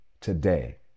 Today